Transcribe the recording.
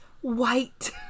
white